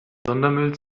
sondermüll